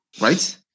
Right